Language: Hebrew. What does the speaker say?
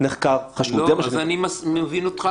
כדי לבסס את זה,